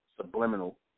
subliminal